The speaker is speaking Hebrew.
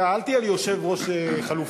אתה, אל תהיה לי יושב-ראש חלופי.